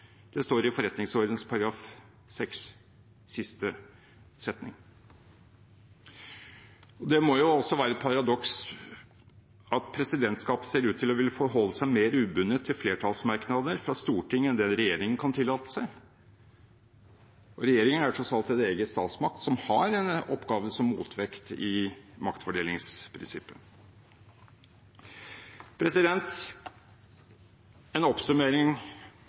Det står i forretningsordenens § 6, siste ledd. Det må også være et paradoks at presidentskapet ser ut til å ville forholde seg mer ubundet til flertallsmerknader fra Stortinget enn det regjeringen kan tillate seg. Regjeringen er tross alt en egen statsmakt, som har en oppgave som motvekt i maktfordelingsprinsippet. En oppsummering